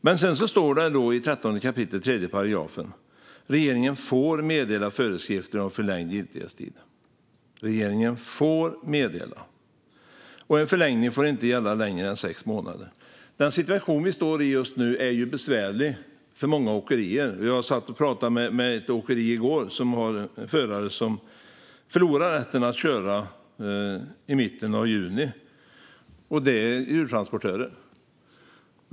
Men sedan står det i 13 kap. 3 § att regeringen får meddela föreskrifter om förlängd giltighetstid och att en förlängning inte får gälla längre än sex månader. Den situation vi befinner oss i just nu är besvärlig för många åkerier. Jag pratade med en förare på ett åkeri i går som förlorar rätten att köra i mitten av juni, och det gäller EU-transportörer.